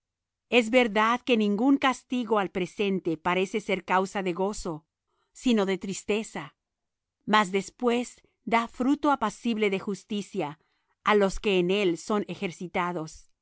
es verdad que ningún castigo al presente parece ser causa de gozo sino de tristeza mas después da fruto apacible de justicia á los que en él son ejercitados